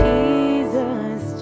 Jesus